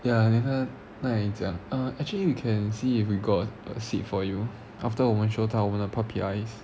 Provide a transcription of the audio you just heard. ya then 他带你讲 uh actually we can see if we got a seat for you after 我们 show 他我们的 puppy eyes